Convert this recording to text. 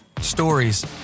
Stories